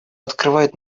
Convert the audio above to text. открывает